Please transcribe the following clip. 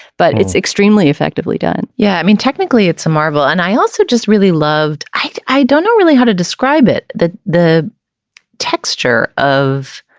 but it's extremely effectively done yeah i mean technically it's a marvel. and i also just really loved it. i don't know really how to describe it that the texture of